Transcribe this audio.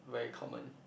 very common